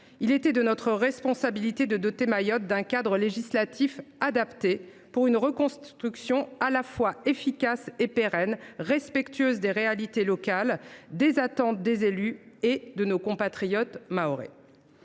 il était de notre responsabilité de doter Mayotte d’un cadre législatif adapté à une reconstruction à la fois efficace et pérenne, respectueuse des réalités locales, des attentes des élus et de nos compatriotes mahorais.